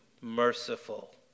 merciful